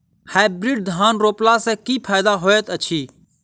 Hybrid धान रोपला सँ की फायदा होइत अछि?